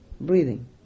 breathing